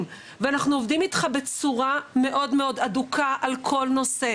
ואנחנו עובדים איתך בצורה מאוד מאוד הדוקה על כל נושא,